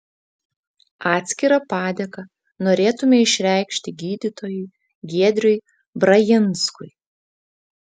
atskirą padėką norėtume išreikšti gydytojui giedriui brajinskui